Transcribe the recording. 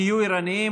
תהיו ערניים,